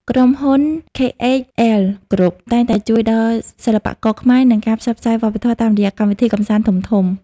ក្រុមហ៊ុន ខេអេចអិល ក្រុប (KHL Group) តែងតែជួយដល់សិល្បករខ្មែរ និងការផ្សព្វផ្សាយវប្បធម៌តាមរយៈកម្មវិធីកម្សាន្តធំៗ។